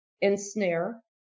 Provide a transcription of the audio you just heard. ensnare